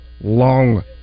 long